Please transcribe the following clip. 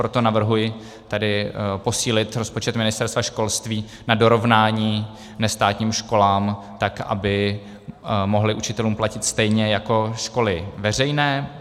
Proto navrhuji tedy posílit rozpočet Ministerstva školství na dorovnání nestátním školám, tak aby mohly učitelům platit stejně jako školy veřejné.